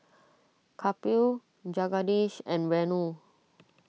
Kapil Jagadish and Renu